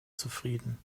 zufrieden